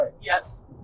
Yes